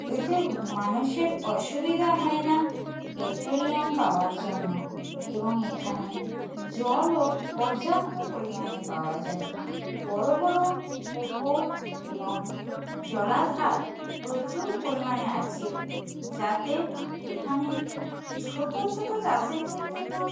এতে মানুষের অসুবিদা হয় না পেট্রোলিয়াম পাওয়ার জন্য এবং এখানে জলও পর্যাপ্ত পরিমাণে পাওয়া যায় বড়ো বড়ো পুকুর এবং জলাধার প্রচুর পরিমাণে আছে যাতে এখানে ছোটো ছোটো চাষের ক্ষেত্রে তো